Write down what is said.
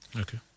Okay